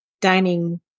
dining